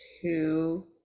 two